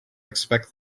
expect